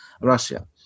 Russia